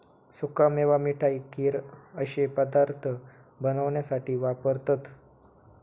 सुका मेवा मिठाई, खीर अश्ये पदार्थ बनवण्यासाठी वापरतत